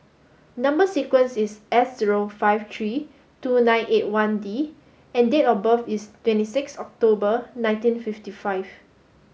number sequence is S zero five three two nine eight one D and date of birth is twenty six October nineteen fifty five